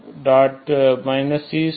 1